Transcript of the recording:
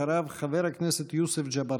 אחריו, חבר הכנסת יוסף ג'בארין.